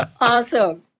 Awesome